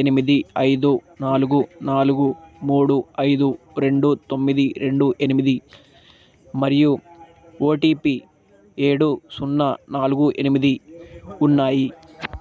ఎనిమిది ఐదు నాలుగు నాలుగు మూడు ఐదు రెండు తొమ్మిది రెండు ఎనిమిది మరియు ఓటిపి ఏడు సున్నా నాలుగు ఎనిమిది ఉన్నాయి